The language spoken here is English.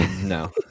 no